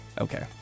Okay